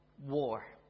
war